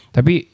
Tapi